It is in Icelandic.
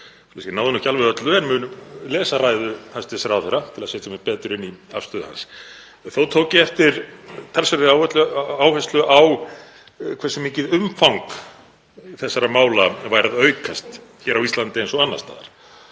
náði ekki alveg öllu en mun lesa ræðu hæstv. ráðherra til að setja mig betur inn í afstöðu hans. Þó tók ég eftir talsverðri áherslu á hversu mikið umfang þessara mála væri að aukast hér á Íslandi eins og annars staðar.